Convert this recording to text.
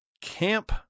camp